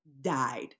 died